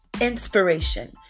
Inspiration